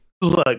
Look